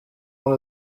one